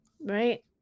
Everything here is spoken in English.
Right